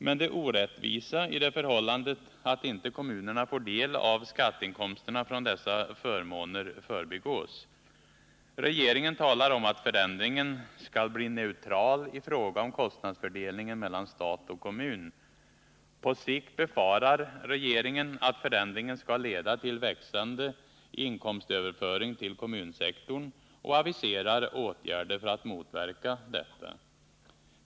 Men det orättvisa i det förhållandet att kommunerna inte får del av skatteinkomsterna från dessa förmåner förbigås. Regeringen talar om att förändringen ”skall bli neutral i fråga om kostnadsfördelningen mellan stat och kommun”. På sikt befarar regeringen att förändringen skall leda till växande inkomstöverföring till kommunsektorn och aviserar åtgärder för att motverka detta.